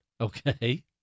Okay